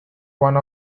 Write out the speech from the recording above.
one